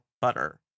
butter